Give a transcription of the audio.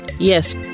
yes